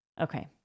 okay